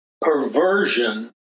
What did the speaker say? perversion